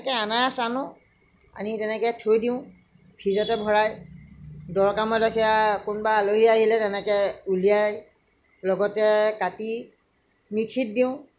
তেনেকৈ অনাৰস আনো আনি তেনেকৈ থৈ দিওঁ ফ্ৰীজতে ভৰাই দৰকাৰমতে সেয়া কোনোবা আলহী আহিলে তেনেকৈ উলিয়াই লগতে কাটি মিক্সিত দিওঁ